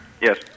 Yes